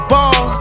Ball